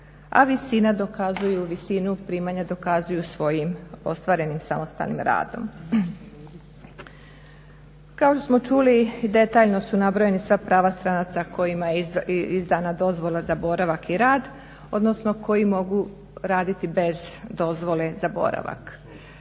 a visinu primanja dokazuju svojim ostvarenim samostalnim radom. Kao što smo čuli detaljno su nabrojena sva prava stranaca kojima je izdana dozvola za boravak i rad, odnosno koji mogu raditi bez dozvole za boravak.